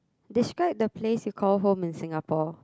describe the place you call home in Singapore